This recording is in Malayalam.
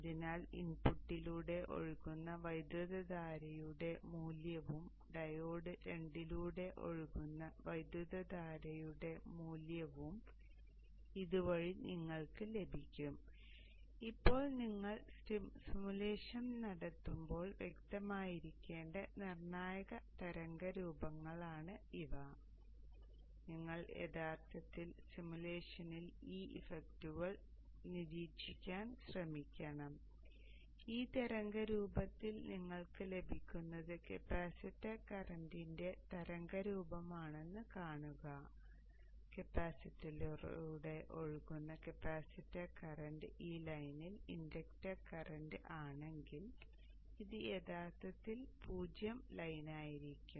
അതിനാൽ ഇൻപുട്ടിലൂടെ ഒഴുകുന്ന വൈദ്യുതധാരയുടെ മൂല്യവും ഡയോഡ് 2 ലൂടെ ഒഴുകുന്ന വൈദ്യുതധാരയുടെ മൂല്യവും ഇതുവഴി നിങ്ങൾക്ക് ലഭിക്കും ഇപ്പോൾ നിങ്ങൾ സിമുലേഷൻ നടത്തുമ്പോൾ വ്യക്തമായിരിക്കേണ്ട നിർണായക തരംഗരൂപങ്ങളാണ് ഇവ നിങ്ങൾ യഥാർത്ഥത്തിൽ സിമുലേഷനിൽ ഈ ഇഫക്റ്റുകൾ നിരീക്ഷിക്കാൻ ശ്രമിക്കണം ഈ തരംഗരൂപത്തിൽ നിങ്ങൾക്ക് ലഭിക്കുന്നത് കപ്പാസിറ്റർ കറന്റിന്റെ തരംഗരൂപമാണെന്ന് കാണുക കപ്പാസിറ്ററിലൂടെ ഒഴുകുന്ന കപ്പാസിറ്റർ കറന്റ് ഈ ലൈനിൽ ഇൻഡക്റ്റർ കറന്റ് ആണെങ്കിൽ ഇത് യഥാർത്ഥത്തിൽ 0 ലൈനായിരിക്കും